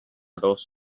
dos